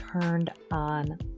turned-on